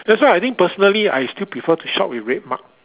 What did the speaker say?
that's why I think personally I still prefer to shop with RedMart